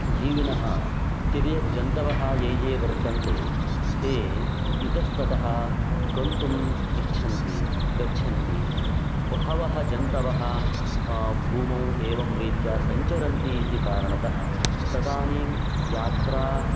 जीविनः तिर्यग्जन्तवः ये ये वर्तन्ते ते इतस्ततः गन्तुम् इच्छन्ति गच्छन्ति बहवः जन्तवः भूमौ एवं रीत्या सञ्चरन्ति इति कारणतः तदानीं यात्रा